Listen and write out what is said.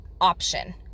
option